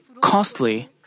costly